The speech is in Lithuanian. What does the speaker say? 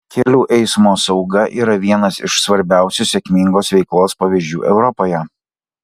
kelių eismo sauga yra vienas iš svarbiausių sėkmingos veiklos pavyzdžių europoje